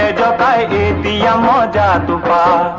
i mean da da da da